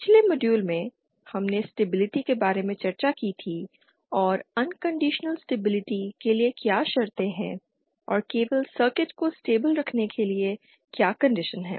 पिछले मॉड्यूल में हमने स्टेबिलिटी के बारे में चर्चा की थी और अनकंडीशनल स्टेबिलिटी के लिए क्या शर्तें हैं और केवल सर्किट को स्टेबिल रखने के लिए क्या कंडीशन है